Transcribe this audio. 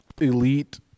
elite